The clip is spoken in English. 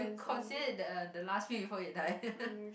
consider it the the last meal before you die